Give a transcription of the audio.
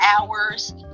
hours